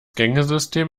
gängesystem